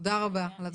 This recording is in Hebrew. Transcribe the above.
תודה רבה על הדברים.